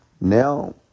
now